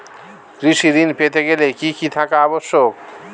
কৃষি ঋণ পেতে গেলে কি কি থাকা আবশ্যক?